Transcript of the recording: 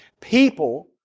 People